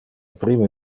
prime